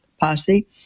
posse